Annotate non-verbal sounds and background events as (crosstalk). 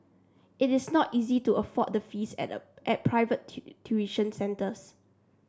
it is not easy to afford the fees at the at private (unintelligible) tuition centres